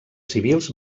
civils